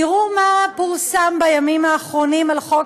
תראו מה פורסם בימים האחרונים על חוק